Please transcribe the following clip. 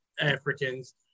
Africans